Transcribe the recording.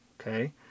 Okay